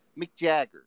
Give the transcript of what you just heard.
McJagger